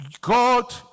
God